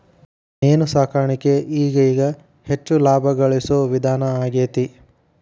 main ಸಾಕಾಣಿಕೆ ಈಗೇಗ ಹೆಚ್ಚಿನ ಲಾಭಾ ಗಳಸು ವಿಧಾನಾ ಆಗೆತಿ